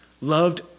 loved